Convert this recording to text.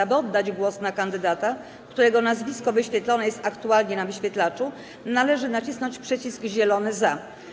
Aby oddać głos na kandydata, którego nazwisko wyświetlone jest aktualnie na wyświetlaczu, należy nacisnąć przycisk zielony - „za”